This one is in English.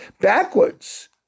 backwards